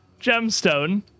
gemstone